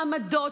מעמדות,